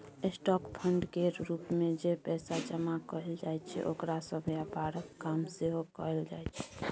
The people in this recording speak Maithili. स्टॉक फंड केर रूप मे जे पैसा जमा कएल जाइ छै ओकरा सँ व्यापारक काम सेहो कएल जाइ छै